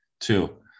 Two